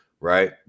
right